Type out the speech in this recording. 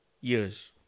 years